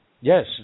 yes